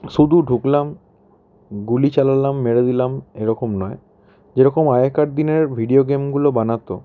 শুদু ঢুকলাম গুলি চালালাম মেরে দিলাম এরকম নয় যেরকম আগেকার দিনের ভিডিও গেমগুলো বানাতো